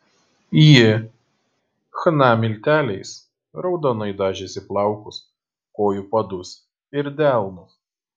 ji chna milteliais raudonai dažėsi plaukus kojų padus ir delnus